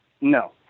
No